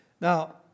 Now